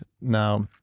Now